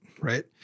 Right